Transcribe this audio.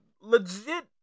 legit